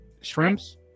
shrimps